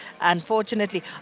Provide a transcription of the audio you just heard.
unfortunately